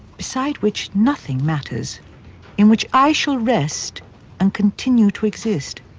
beside which nothing matters in which i shall rest and continue to exist.